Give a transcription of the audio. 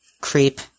creep